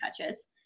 touches